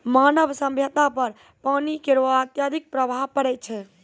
मानव सभ्यता पर पानी केरो अत्यधिक प्रभाव पड़ै छै